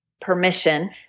permission